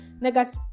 negative